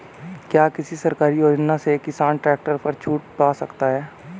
क्या किसी सरकारी योजना से किसान ट्रैक्टर पर छूट पा सकता है?